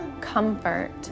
comfort